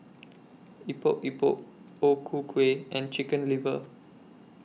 Epok Epok O Ku Kueh and Chicken Liver